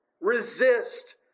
Resist